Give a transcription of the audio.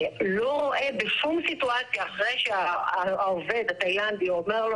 לא רואה בשום סיטואציה אחרי שהעובד התאילנדי אומר לו